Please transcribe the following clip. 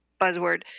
buzzword